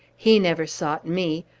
he never sought me.